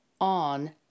on